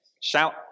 Shout